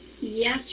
Yes